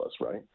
right